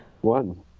One